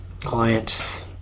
client